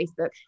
Facebook